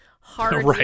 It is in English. hard